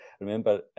Remember